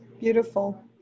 Beautiful